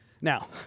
Now